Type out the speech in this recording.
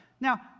Now